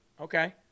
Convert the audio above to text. okay